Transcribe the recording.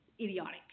idiotic